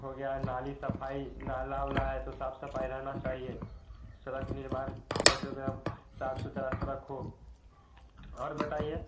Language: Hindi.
हो गया है नाली सफ़ाई नाला उला है तो साफ़ सफ़ाई रहना चाहिए सड़क निर्माण साफ़ सुथरा सड़क हो और बताइए